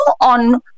on